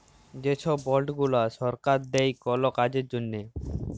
যে ছব বল্ড গুলা সরকার দেই কল কাজের জ্যনহে